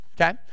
Okay